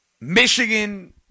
Michigan